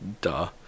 Duh